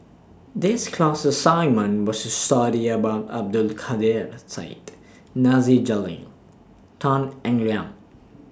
This class assignment was to study about Abdul Kadir Syed Nasir Jalil Tan Eng Liang